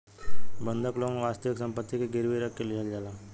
बंधक लोन वास्तविक सम्पति के गिरवी रख के लिहल जाला